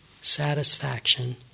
satisfaction